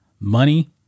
money